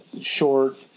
short